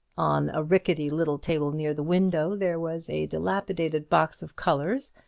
on a rickety little table near the window there was a dilapidated box of colours,